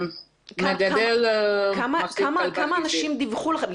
מגדל --- כמה אנשים דיווחו לכם?